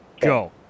go